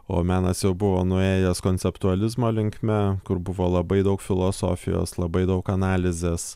o menas jau buvo nuėjęs konceptualizmo linkme kur buvo labai daug filosofijos labai daug analizės